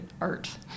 art